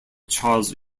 charles